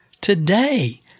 Today